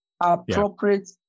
appropriate